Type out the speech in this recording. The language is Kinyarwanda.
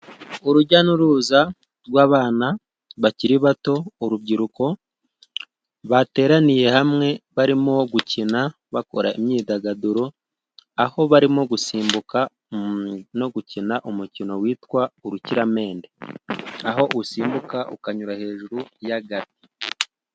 Urujya n'uruza rw'abana bakiri bato, urubyiruko bateraniye hamwe barimo gukina, bakora imyidagaduro, aho barimo gusimbuka no gukina umukino witwa urukiramende. Aho usimbuka ukanyura hejuru y'agati.